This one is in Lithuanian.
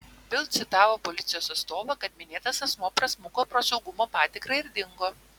bild citavo policijos atstovą kad minėtas asmuo prasmuko pro saugumo patikrą ir dingo